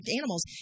animals